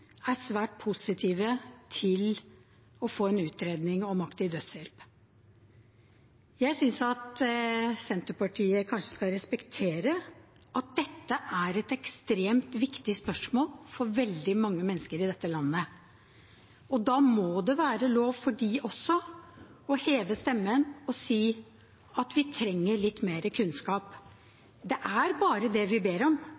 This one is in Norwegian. er svært positive til å få en utredning om aktiv dødshjelp. Jeg synes at Senterpartiet kanskje skal respektere at dette er et ekstremt viktig spørsmål for veldig mange mennesker i dette landet. Da må det være lov for dem også å heve stemmen og si at vi trenger litt mer kunnskap. Det er bare det vi ber om.